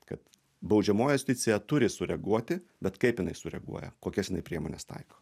kad baudžiamoji justicija turi sureaguoti bet kaip jinai sureaguoja kokias priemones taiko